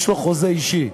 יש לו חוזה אישי.